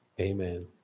amen